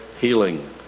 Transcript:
healing